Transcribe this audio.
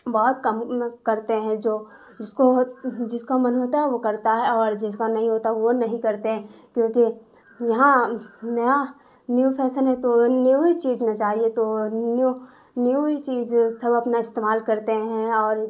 بہت کم کرتے ہیں جو جس کو جس کا من ہوتا ہے وہ کرتا ہے اور جس کا نہیں ہوتا وہ نہیں کرتے کیونکہ یہاں نیا نیو فیشن ہے تو نیو ہی چیز نا چاہیے تو نیو نیو ہی چیز سب اپنا استعمال کرتے ہیں اور